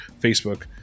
Facebook